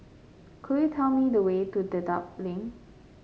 could you tell me the way to Dedap Link